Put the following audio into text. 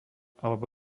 alebo